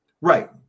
right